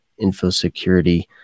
InfoSecurity